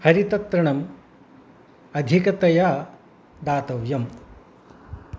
हरिततृणम् अधिकतया दातव्यम्